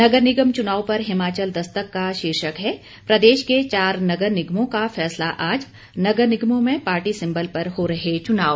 नगर निगम चुनाव पर हिमाचल दस्तक का शीर्षक है प्रदेश के चार नगर निगमों का फैसला आज नगर निगमों में पार्टी सिंबल पर हो रहे चुनाव